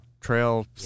Trail